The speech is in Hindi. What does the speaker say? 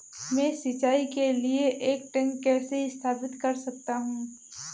मैं सिंचाई के लिए एक टैंक कैसे स्थापित कर सकता हूँ?